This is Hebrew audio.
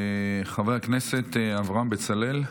חבר הכנסת אברהם בצלאל,